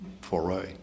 foray